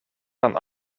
van